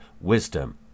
wisdom